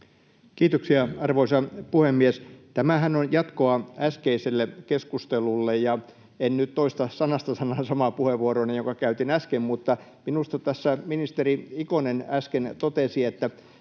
Kiitoksia, arvoisa puhemies! Tämähän on jatkoa äskeiselle keskustelulle. En nyt toista sanasta sanaan samaa puheenvuoroani, jonka käytin äsken, mutta minusta tässä ministeri Ikonen äsken totesi, että